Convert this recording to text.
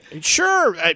Sure